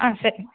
ஆ சரிங்க